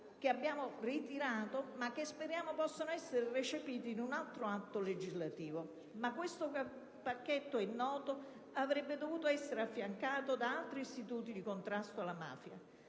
che abbiamo ritirato ma che speriamo possano essere recepiti in un altro atto legislativo. Ma questo pacchetto - è noto - avrebbe dovuto essere affiancato da altri istituti di contrasto alla mafia.